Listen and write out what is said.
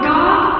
God